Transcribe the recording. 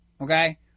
Okay